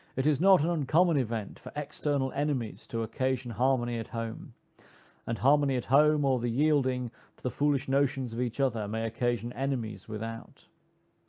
it is not an uncommon event for external enemies to occasion harmony at home and harmony at home, or the yielding to the foolish notions of each other, may occasion enemies without.